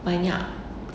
banyak